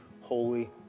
Holy